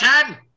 ten